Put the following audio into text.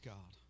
God